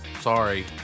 sorry